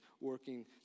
working